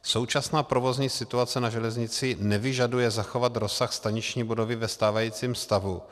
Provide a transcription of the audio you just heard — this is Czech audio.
Současná provozní situace na železnici nevyžaduje zachovat rozsah staniční budovy ve stávajícím stavu.